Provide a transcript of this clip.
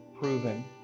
proven